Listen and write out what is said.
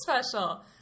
special